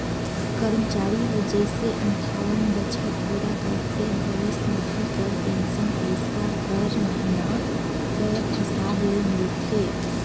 करमचारी हर जइसे अंठावन बछर पूरा करथे भविस निधि कर पेंसन पइसा हर महिना कर हिसाब ले मिलथे